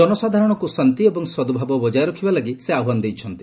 ଜନସାଧାରଣଙ୍କୁ ଶାନ୍ତି ଏବଂ ସଦ୍ଭାବ ବଜାୟ ରଖିବାଲାଗି ସେ ଆହ୍ୱାନ ଦେଇଛନ୍ତି